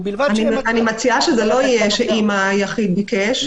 ובלבד ש --- אני מציעה שזה לא יהיה: אם היחיד ביקש.